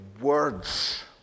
words